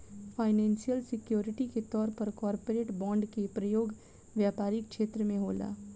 financial security के तौर पर कॉरपोरेट बॉन्ड के प्रयोग व्यापारिक छेत्र में होला